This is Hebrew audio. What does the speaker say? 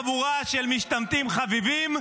חבורה של משתמטים חביבים,